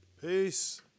Peace